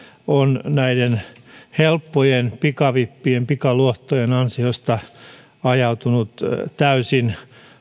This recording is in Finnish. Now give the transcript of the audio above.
on näiden helppojen pikavippien pikaluottojen ansiosta ajautunut täysin